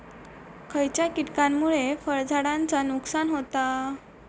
खयच्या किटकांमुळे फळझाडांचा नुकसान होता?